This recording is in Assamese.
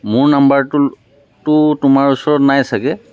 মোৰ নাম্বাৰটোতো তোমাৰ ওচৰত নাই চাগে